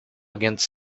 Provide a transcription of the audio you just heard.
against